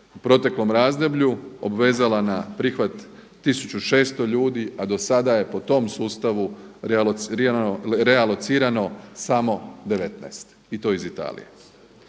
proteklom razdoblju obvezala na prihvat 1600 ljudi, a do sada je po tom sustavu realocirano samo 19 i to iz Italije.